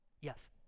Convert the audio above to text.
Yes